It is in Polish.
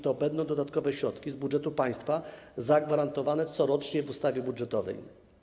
To będą dodatkowe środki z budżetu państwa zagwarantowane corocznie w ustawie budżetowej.